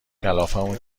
کلافمون